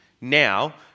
now